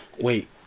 Wait